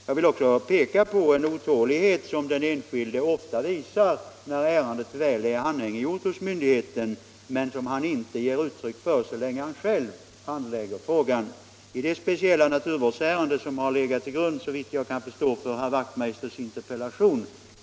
Jag vill också peka på den otålighet som den enskilde ofta visar när ärendet väl är anhängiggjort hos myndigheten men som han inte ger uttryck för så länge han själv handlägger frågan. Jag känner mycket väl till det speciella naturvårdsärende som har legat till grund — såvitt jag kan förstå — för herr Wachtmeisters interpellation.